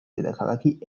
დედაქალაქი